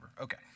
Okay